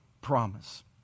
promise